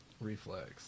Reflex